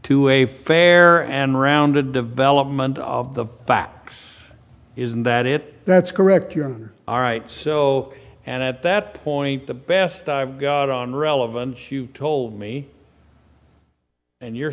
to a fair and rounded development of the facts isn't that it that's correct you are all right so at that point the best i've got on relevance you told me and you're